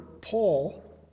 Paul